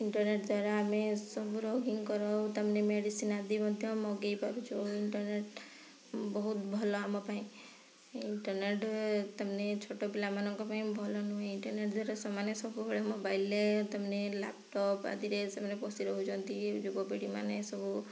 internet ଦ୍ଵାରା ଆମେ ସବୁ ରୋଗୀଙ୍କର ତାମାନେ ମେଡ଼ିସିନ୍ ଆଦି ମଧ୍ୟ ମଗେଇପାରୁଛୁ ଇଣ୍ଟରନେଟ୍ ବହୁତ ଭଲ ଆମ ପାଇଁ ଇଣ୍ଟରନେଟ୍ ତାମାନେ ଛୋଟ ପିଲାମାନଙ୍କ ପାଇଁ ଭଲ ନୁହେଁ ଇଣ୍ଟରନେଟ୍ ଦ୍ଵାରା ସେମାନେ ସବୁବେଳେ ମୋବାଇଲ୍ରେ ତାମାନେ ଲାପଟପ୍ ଆଦିରେ ସେମାନେ ବସି ରହୁଛନ୍ତି ଯୁବପିଢ଼ିମାନେ ସବୁ